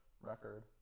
record